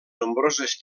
nombroses